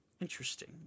interesting